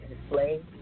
display